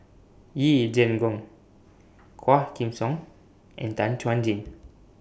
Yee Jenn Jong Quah Kim Song and Tan Chuan Jin